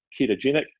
ketogenic